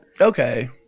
Okay